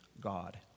God